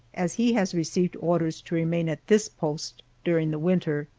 as he has received orders to remain at this post during the winter.